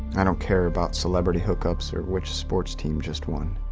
i don't care about celebrity hookups or which sports team just won.